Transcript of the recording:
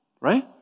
right